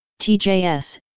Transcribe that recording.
TJS